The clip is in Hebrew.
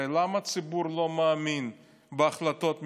הרי למה הציבור לא מאמין בהחלטות הממשלה?